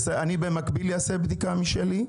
במקביל, אני אעשה בדיקה משלי.